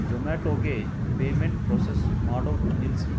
ಜೊಮ್ಯಾಟೊಗೆ payment process ಮಾಡೋದು ನಿಲ್ಲಿಸು